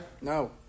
No